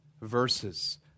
verses